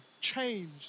changed